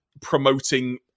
promoting